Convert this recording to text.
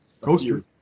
coaster